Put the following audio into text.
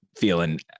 Feeling